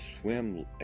swim